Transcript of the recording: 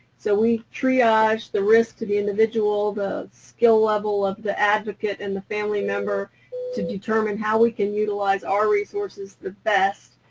so we triage the risk to the individual, the skill level of the advocate and the family member to determine how we can utilize our resources the best.